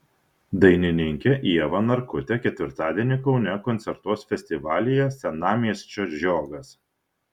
dainininkė ieva narkutė ketvirtadienį kaune koncertuos festivalyje senamiesčio žiogas